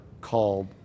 called